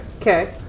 Okay